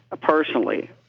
personally